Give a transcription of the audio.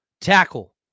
Tackle